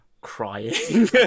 crying